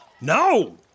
No